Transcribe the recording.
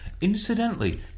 Incidentally